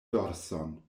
dorson